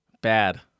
Bad